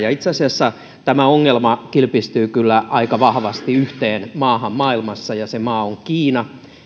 itse asiassa tämä ongelma kilpistyy kyllä aika vahvasti yhteen maahan maailmassa ja se maa on kiina